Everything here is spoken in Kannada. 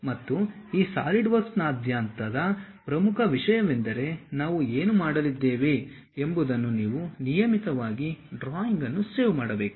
ಮತ್ತು ಈ ಸಾಲಿಡ್ವರ್ಕ್ಸ್ನಾದ್ಯಂತದ ಪ್ರಮುಖ ವಿಷಯವೆಂದರೆ ನಾವು ಏನು ಮಾಡಲಿದ್ದೇವೆ ಎಂಬುದನ್ನು ನೀವು ನಿಯಮಿತವಾಗಿ ಡ್ರಾಯಿಂಗ್ ಅನ್ನು ಸೇವ್ ಮಾಡಬೇಕು